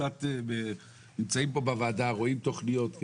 אנחנו נמצאים פה בוועדה, רואים תכניות.